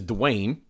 Dwayne